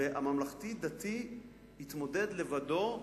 והממלכתי-דתי התמודד לבדו,